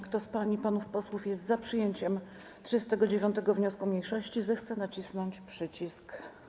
Kto z pań i panów posłów jest za przyjęciem 39. wniosku mniejszości, zechce nacisnąć przycisk.